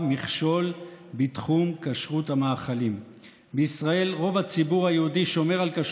עד